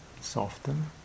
soften